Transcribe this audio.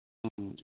ꯎꯝ